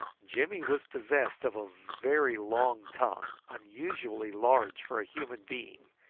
jimmy was possessed of a very long tongue, unusually large for a human being,